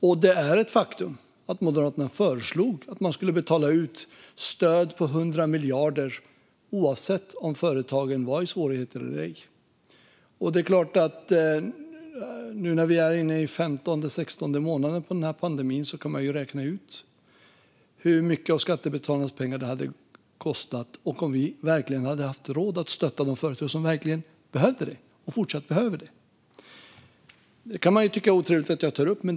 Det är också ett faktum att Moderaterna föreslog att vi skulle betala ut stöd på 100 miljarder oavsett om företagen var i svårigheter eller ej. Nu när vi är inne i den 15:e eller 16:e månaden av pandemin kan man såklart räkna ut hur mycket av skattebetalarnas pengar det hade kostat och om vi hade haft råd att stötta de företag som verkligen behövde och fortsätter att behöva det. De kan tycka att det är otrevligt att jag tar upp det.